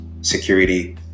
security